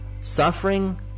Suffering